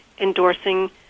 endorsing